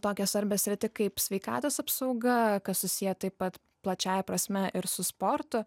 tokią svarbią sritį kaip sveikatos apsauga kas susiję taip pat plačiąja prasme ir su sportu